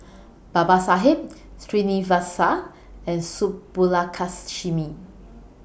Babasaheb Srinivasa and Subbulakshmi